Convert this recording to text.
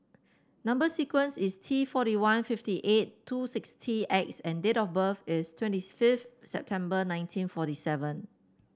number sequence is T forty one fifty eight two sixty X and date of birth is twenty fifth September nineteen forty seven